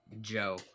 Joe